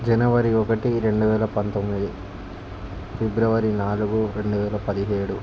జనవరి ఒకటి రెండు వేల పంతొమ్మిది ఫిబ్రవరి నాలుగు రెండు వేల పదిహేడు